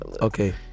Okay